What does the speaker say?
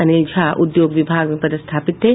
अनील झा उद्योग विभाग में पदस्थापित थे